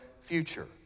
future